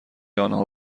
آنها